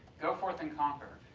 go forth and conquer.